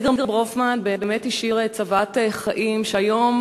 אדגר ברונפמן באמת השאיר צוואת חיים, והיום,